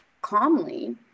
calmly